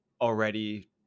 already